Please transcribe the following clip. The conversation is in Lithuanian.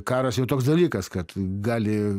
karas jau toks dalykas kad gali